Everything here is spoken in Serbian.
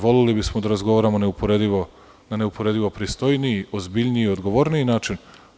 Voleli bismo da razgovaramo na neuporedivo pristojniji, ozbiljniji i odgovorniji način.